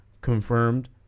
confirmed